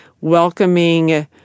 welcoming